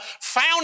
found